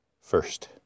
first